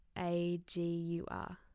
A-G-U-R